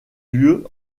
lieu